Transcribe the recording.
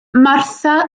martha